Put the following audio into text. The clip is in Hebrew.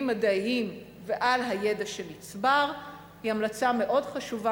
מדעיים ועל הידע שנצבר היא המלצה מאוד חשובה,